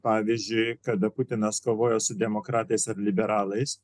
pavyzdžiui kada putinas kovojo su demokratais ar liberalais